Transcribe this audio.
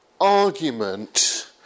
argument